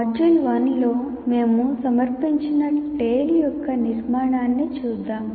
module 1 లో మేము సమర్పించిన టేల్ యొక్క నిర్మాణాన్ని చూద్దాం